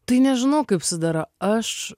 tai nežinau kaip sudera aš